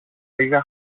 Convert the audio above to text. λίγα